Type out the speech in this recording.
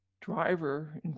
driver